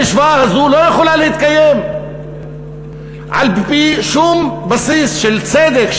המשוואה הזאת לא יכולה להתקיים על-פי שום בסיס של צדק,